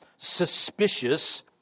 Suspicious